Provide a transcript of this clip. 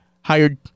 hired